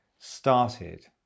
started